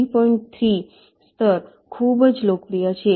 3 સ્તર ખૂબ લોકપ્રિય છે